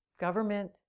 Government